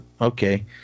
okay